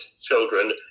children